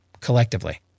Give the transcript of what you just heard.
Collectively